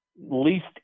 least